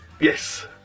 Yes